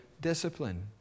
discipline